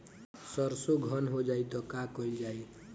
सरसो धन हो जाई त का कयील जाई?